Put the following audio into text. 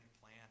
plan